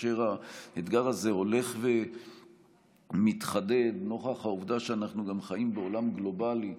והאתגר הזה הולך ומתחדד נוכח העובדה שאנחנו גם חיים בעולם גלובלי,